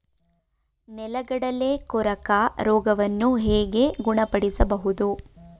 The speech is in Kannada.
ನೆಲಗಡಲೆ ಕೊರಕ ರೋಗವನ್ನು ಹೇಗೆ ಗುಣಪಡಿಸಬಹುದು?